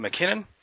McKinnon